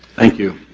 thank you.